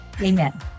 Amen